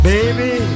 Baby